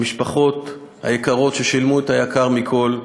למשפחות היקרות ששילמו את היקר מכול,